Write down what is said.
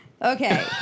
Okay